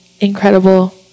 incredible